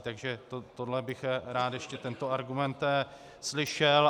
Takže tohle bych rád, ještě tento argument, slyšel.